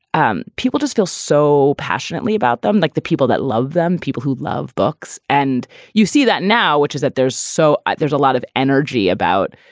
um people just feel so passionately about them, like the people that love them. people who love books and you see that now, which is that there's so there's a lot of energy about,